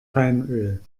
palmöl